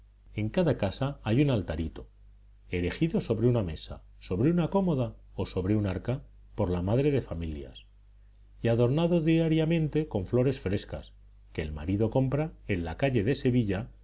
en cada casa hay un altarito erigido sobre una mesa sobre una cómoda o sobre un arca por la madre de familias y adornado diariamente con flores frescas que el marido compra en la calle de sevilla